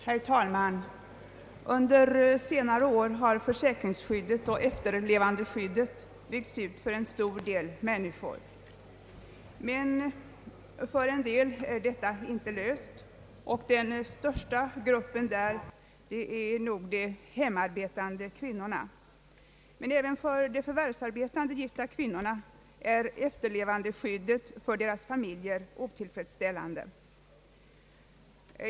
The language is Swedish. Herr talman! Under senare år har försäkringsskyddet och efterlevandeskyddet byggts ut för en stor del människor. Men för en del är frågan inte löst, och den största gruppen där är nog de hemarbetande kvinnorna. Men även för de förvärvsarbetande gifta kvinnorna är efterlevandeskyddet för deras familjer otillfredsställande.